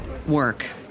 Work